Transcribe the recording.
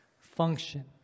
function